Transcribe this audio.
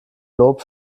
lob